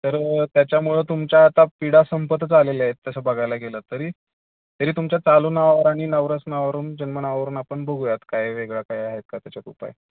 तर त्याच्यामुळं तुमच्या आता पिडा संपतच आलेले आहेत तसं बघायला गेलंं तरी तरी तुमच्या चालू नावावर आणि नावरस नावावरून जन्मनावावरून आपण बघूयात काय वेगळा काय आहेत का त्याच्यात उपाय